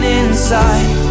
inside